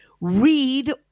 Read